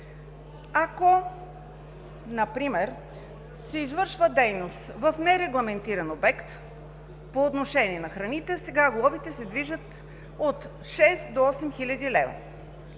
Ако например се извършва дейност в нерегламентиран обект по отношение на храните, сега глобите се движат от 6000 до 8000 лв.